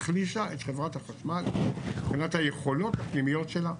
החלישה את חברת החשמל מבחינת היכולות הפנימית שלה.